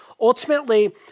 Ultimately